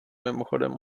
mimochodem